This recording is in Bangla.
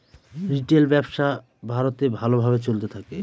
রিটেল ব্যবসা ভারতে ভালো ভাবে চলতে থাকে